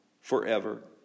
forever